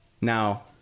Now